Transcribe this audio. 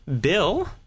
bill